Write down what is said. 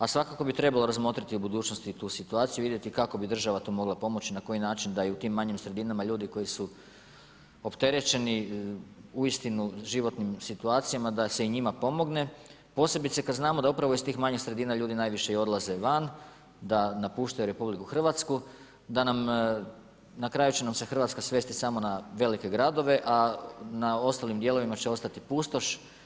A svakako bi trebalo razmotriti u budućnosti tu situaciju, vidjeti kako bi država tu mogla pomoći, na koji način da i u tim manjim sredinama ljudi koji su opterećeni uistinu životnim situacijama da se i njima pomogne, posebice kad znamo da upravo iz tih manjih sredina ljudi najviše i odlaze van, da napuštaju RH, na kraju će nam se Hrvatska svesti samo na velike gradove a na ostalim dijelovima će ostati pustoš.